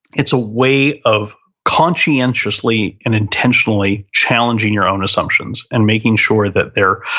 it's a way of conscientiously and intentionally challenging your own assumptions and making sure that they're,